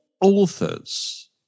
authors